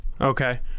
okay